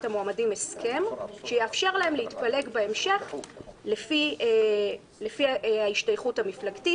המועמדים הסכם שיאפשר להם להתפלג בהמשך לפי ההשתייכות המפלגתית.